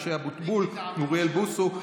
משה אבוטבול ואוריאל בוסו,